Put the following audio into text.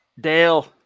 Dale